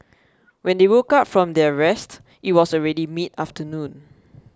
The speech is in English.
when they woke up from their rest it was already mid afternoon